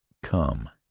come,